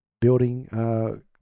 building